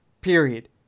Period